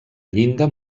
llinda